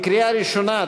קריאה ראשונה.